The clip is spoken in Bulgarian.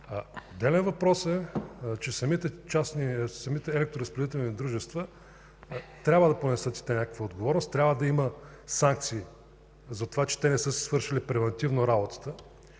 Отделен въпрос е, че самите електроразпределителни дружества трябва да понесат някаква отговорност. Трябва да има санкции, че те не са си свършили превантивно работата